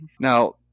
Now